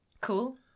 Cool